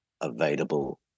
available